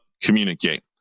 communicate